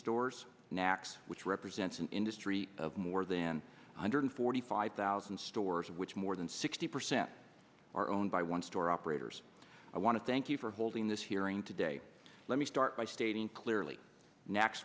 stores next which represents an industry of more than one hundred forty five thousand stores which more than sixty percent are owned by one store operators i want to thank you for holding this hearing today let me start by stating clearly next